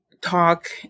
talk